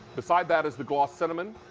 beside that is the gloss cinnamon.